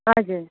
हजुर